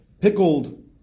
pickled